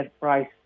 price